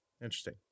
Interesting